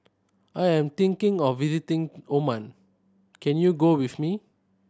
I am thinking of visiting Oman can you go with me